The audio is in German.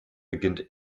beginnt